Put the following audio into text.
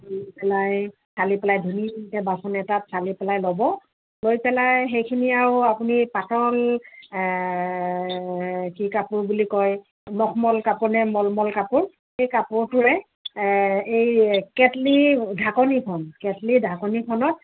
লৈ পেলাই চালি পেলাই ধুনীয়াকৈ বাচন এটাত চালি পেলাই ল'ব লৈ পেলাই সেইখিনি আৰু আপুনি পাতল কি কাপোৰ বুলি কয় মখমল কাপোৰ নে মলমল কাপোৰ সেই কাপোৰটোৱে এই কেটলি ঢাকনিখন কেটলি ঢাকনিখনত